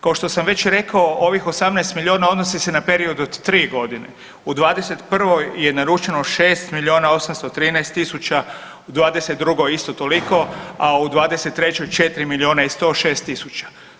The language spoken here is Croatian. Kao što sam već rekao ovih 18 milijuna odnosi se na period od tri godine u '21. je naručeno 6 milijuna 813 tisuća u '22. isto toliko, a u '23. 4 milijuna i 106 tisuća.